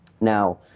Now